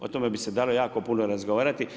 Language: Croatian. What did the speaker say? O tome bi s dalo jako puno razgovarati.